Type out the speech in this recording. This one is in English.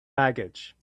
baggage